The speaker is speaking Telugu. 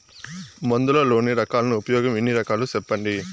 మందులలోని రకాలను ఉపయోగం ఎన్ని రకాలు? సెప్పండి?